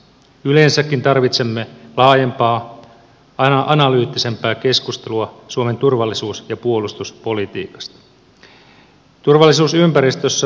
yleensäkin tarvitsemme laajempaa analyyttisempaa keskustelua suomen turvallisuus ja puolustuspolitiikasta